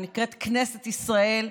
שנקראת כנסת ישראל,